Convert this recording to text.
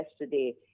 yesterday